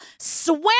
swam